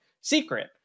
secret